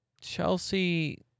Chelsea